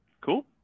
Cool